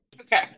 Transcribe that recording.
Okay